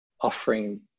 offering